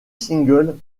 single